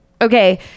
okay